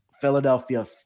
Philadelphia